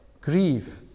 grieve